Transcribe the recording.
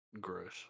gross